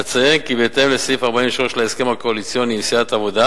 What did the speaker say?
אציין כי בהתאם לסעיף 43 להסכם הקואליציוני עם סיעת העבודה